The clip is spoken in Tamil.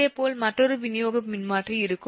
இதேபோல் மற்றொரு விநியோக மின்மாற்றி இருக்கும்